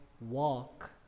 walk